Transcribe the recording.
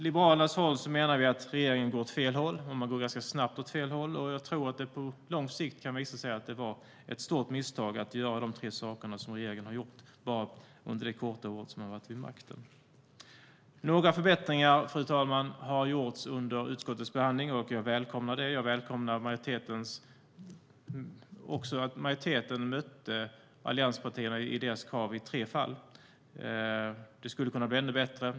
Liberalerna menar att regeringen går åt fel håll ganska snabbt. Jag tror att det på lång sikt kan visa sig att det var ett stort misstag att göra de tre saker som regeringen har gjort under det korta år den har suttit vid makten. Några förbättringar, fru talman, har gjorts under utskottets behandling. Jag välkomnar det. Jag välkomnar att majoriteten mötte allianspartiernas krav i tre fall, men det hade kunnat bli ännu bättre.